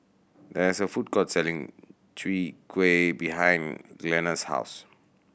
there is a food court selling Chwee Kueh behind Glenna's house